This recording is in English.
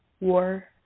War